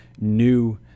new